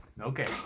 Okay